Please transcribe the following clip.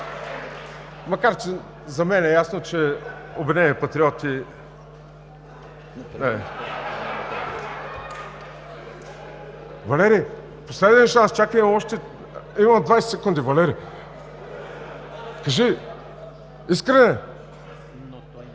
Макар че за мен е ясно, че „Обединени патриоти“… (Смях.) Валери, последен шанс – чакай, имам 20 секунди, Валери. Кажи, Искрене!